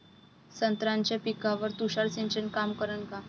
संत्र्याच्या पिकावर तुषार सिंचन काम करन का?